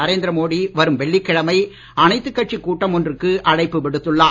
நரேந்திர மோடி வரும் வெள்ளிக்கிழமை அனைத்துக் கட்சி கூட்டம் ஒன்றுக்கு அழைப்பு விடுத்துள்ளார்